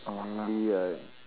or maybe a